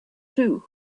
too